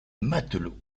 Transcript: matelot